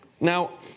Now